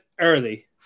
early